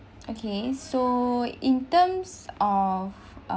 okay so in terms of